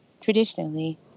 Traditionally